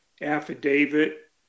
affidavit